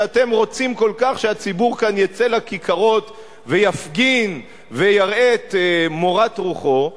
שאתם רוצים כל כך שהציבור כאן יצא לכיכרות ויפגין ויראה את מורת רוחו,